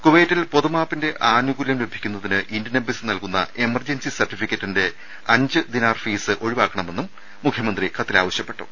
കുവൈറ്റിൽ പൊതു മാപ്പിന്റെ ആനുകൂല്യം ലഭിക്കുന്നതിന് ഇന്ത്യൻ എംബസി നൽകുന്ന എമർജൻസി സർടിഫിക്കറ്റിന്റെ അഞ്ചു ദിനാർ ഫീസ് ഒഴിവാക്കണമെന്നും മുഖ്യമന്ത്രി കത്തിൽ ആവശ്യപ്പെട്ടു